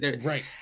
Right